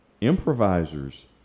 Improvisers